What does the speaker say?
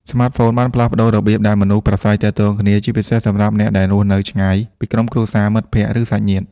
ស្មាតហ្វូនបានផ្លាស់ប្ដូររបៀបដែលមនុស្សប្រាស្រ័យទាក់ទងគ្នា ជាពិសេសសម្រាប់អ្នកដែលរស់នៅឆ្ងាយពីក្រុមគ្រួសារ មិត្តភក្ដិ ឬសាច់ញាតិ។